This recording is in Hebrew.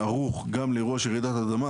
ערוך גם לאירוע של רעידת אדמה.